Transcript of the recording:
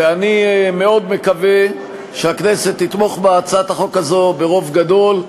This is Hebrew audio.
ואני מאוד מקווה שהכנסת תתמוך בהצעת החוק הזאת ברוב גדול,